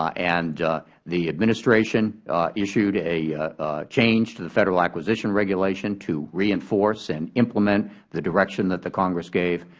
ah and the administration issued a change to the federal acquisition regulation to reinforce and implement the direction that the congress gave.